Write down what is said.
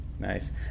Nice